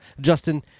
justin